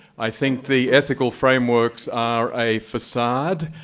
i think the ethical frameworks are a facade.